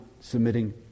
submitting